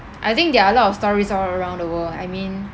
I think there are a lot of stories all around the world I mean